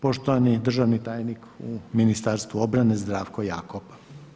Poštovani državni tajnik u Ministarstvu obrane, Zdravko Jakop.